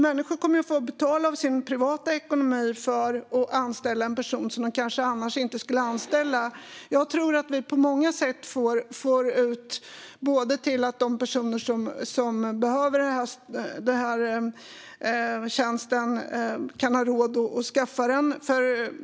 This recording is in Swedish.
Människor kommer att få betala med sin privata ekonomi för att anställa en person som de annars kanske inte skulle anställa. Jag tror att vi på många sätt får ut att de personer som behöver köpa tjänsten kan ha råd att göra det.